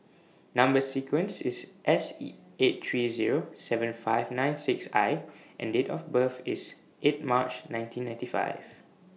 Number sequence IS S eight three Zero seven five nine six I and Date of birth IS eight March nineteen ninety five